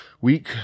week